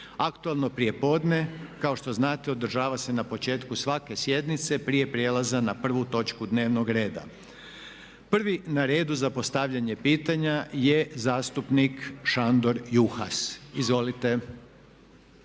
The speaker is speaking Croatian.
Aktualno prijepodne kao što znate održava se na početku svake sjednice prije prijelaza na prvu točku dnevnog reda. Prvi na redu za postavljanje pitanja je zastupnik Šandor Juhas. Izvolite.